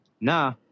Nah